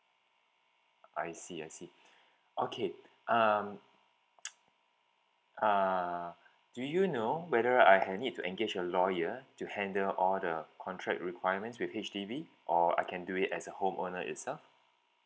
I see I see okay um uh do you know whether I had need to engage a lawyer to handle all the contract requirements with H_D_B or I can do it as a home owner itself